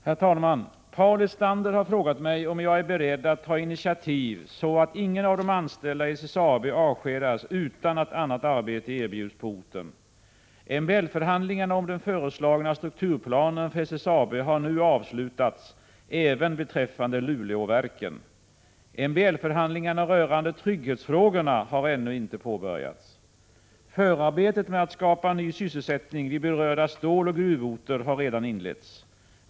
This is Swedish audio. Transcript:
Herr talman! Paul Lestander har frågat mig om jag är beredd att ta initiativ så att ingen av de anställda i SSAB avskedas utan att annat arbete erbjuds på orten. MBL-förhandlingarna om den föreslagna strukturplanen för SSAB har nu avslutats även beträffande Luleåverken. MBL-förhandlingarna rörande trygghetsfrågorna har ännu inte påbörjats. Förarbetet med att skapa ny sysselsättning vid berörda ståloch gruvorter har redan inletts.